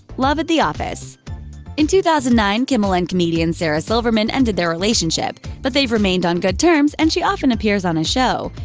love at the office in two thousand and nine, kimmel and comedian sarah silverman ended their relationship, but they've remained on good terms and she often appears on his show.